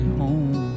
home